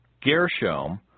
Gershom